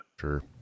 Sure